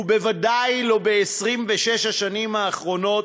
ובוודאי לא ב-26 השנים האחרונות,